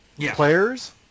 players